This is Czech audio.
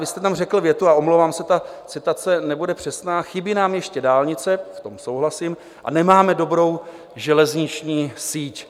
Vy jste tam řekl větu, a omlouvám se, ta citace nebude přesná: Chybí nám ještě dálnice v tom souhlasím a nemáme dobrou železniční síť.